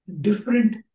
different